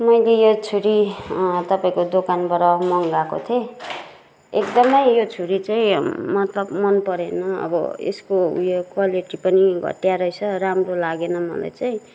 मैले यो छुरी तपाईँको दोकानबाट मँगाएको थिएँ एकदमै यो छुरी चाहिँ मतलब मन परेन अब यसको उयो क्वालिटी पनि घटिया रहेस राम्रो लागेन मलाई चाहिँ